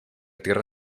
tierra